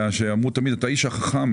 אמרו תמיד שאתה האיש החכם,